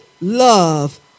love